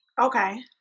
Okay